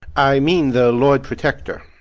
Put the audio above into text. i mean the lord protector.